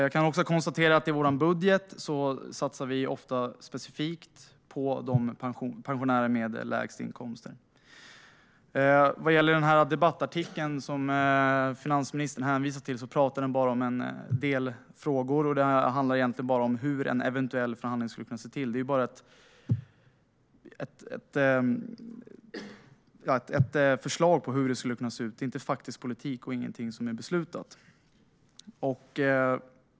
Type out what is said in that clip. Jag kan också konstatera att vi i vår budget ofta satsar specifikt på de pensionärer som har lägst inkomster. Den debattartikel som finansministern hänvisar till berör bara en del frågor. Det handlar egentligen bara om hur en eventuell förhandling skulle kunna gå till. Det är ett förslag på hur det skulle kunna se ut, inte faktisk politik och ingenting som är beslutat.